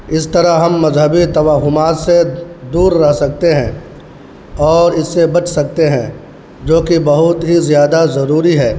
اس طرح ہم مذہبی توہمات سے دور رہ سکتے ہیں اور اس سے بچ سکتے ہیں جو کہ بہت ہی زیادہ ضروری ہے